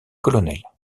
colonel